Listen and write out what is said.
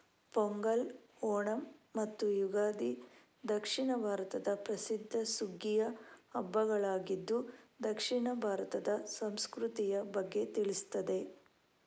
ಪೊಂಗಲ್, ಓಣಂ ಮತ್ತು ಯುಗಾದಿ ದಕ್ಷಿಣ ಭಾರತದ ಪ್ರಸಿದ್ಧ ಸುಗ್ಗಿಯ ಹಬ್ಬಗಳಾಗಿದ್ದು ದಕ್ಷಿಣ ಭಾರತದ ಸಂಸ್ಕೃತಿಯ ಬಗ್ಗೆ ತಿಳಿಸ್ತದೆ